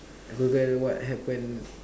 Google what happen